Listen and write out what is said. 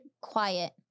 quiet